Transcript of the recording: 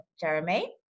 Jeremy